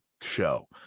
show